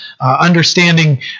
understanding